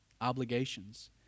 obligations